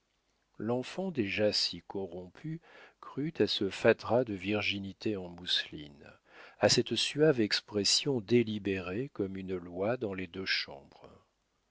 l'enfant déjà si corrompu crut à ce fatras de virginités en mousseline à cette suave expression délibérée comme une loi dans les deux chambres